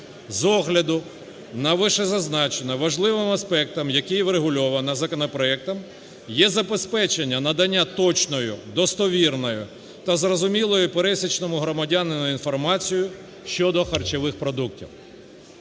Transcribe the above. З огляду на вищезазначене, важливим аспектом, який врегульовано законопроектом, є забезпечення надання точної достовірної та зрозумілої пересічному громадянину інформації щодо харчових продуктів.